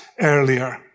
earlier